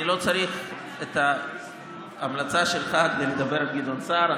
אני לא צריך את ההמלצה שלך כדי לדבר עם גדעון סער.